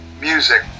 music